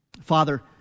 Father